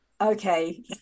okay